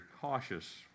cautious